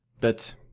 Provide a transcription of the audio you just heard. But